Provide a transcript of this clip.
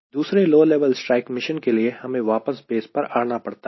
दूसरे low level strike mission के लिए हमें वापस बेस पर आना पड़ता है